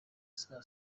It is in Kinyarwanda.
saa